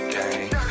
game